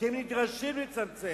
כי הם נדרשים לצמצם.